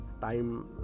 time